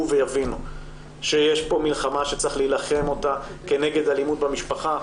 ויבינו שיש פה מלחמה שצריך להילחם אותה כנגד אלימות במשפחה,